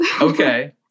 Okay